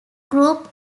group